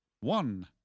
One